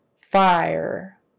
fire